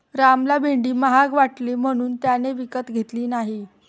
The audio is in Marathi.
रामला भेंडी महाग वाटली म्हणून त्याने ती विकत घेतली नाही